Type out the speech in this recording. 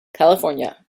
california